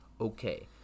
Okay